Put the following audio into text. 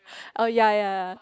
oh ya ya ya